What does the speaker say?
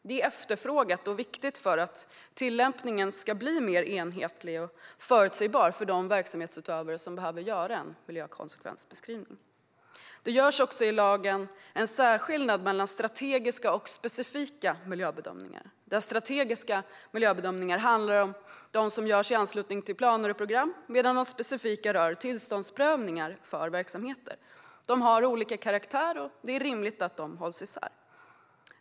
Det är efterfrågat och viktigt för att tillämpningen ska bli mer enhetlig och förutsägbar för de verksamhetsutövare som behöver göra en miljökonsekvensbeskrivning. Det görs också i lagen en särskillnad mellan strategiska och specifika miljöbedömningar, där strategiska miljöbedömningar handlar om dem som görs i anslutning till planer och program medan de specifika rör tillståndsprövningar för verksamheter. De har olika karaktär, och det är därför rimligt att de hålls isär.